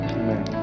amen